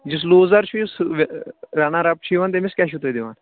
یُس لوٗزَر چھُ یُس رَنَر اَپ چھُ یِوان تٔمِس کیٛاہ چھُو تُہۍ دِوان